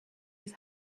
his